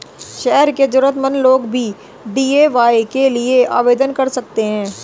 शहर के जरूरतमंद लोग भी डी.ए.वाय के लिए आवेदन कर सकते हैं